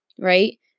right